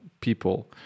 people